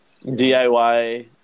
DIY